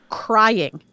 crying